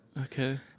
Okay